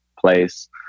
place